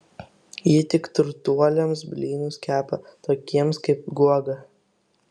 ji tik turtuoliams blynus kepa tokiems kaip guoga